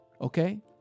okay